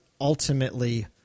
ultimately